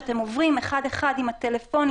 שאתם עוברים אחד-אחד עם הטלפונים,